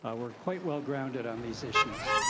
ah we're quite well grounded on these issues.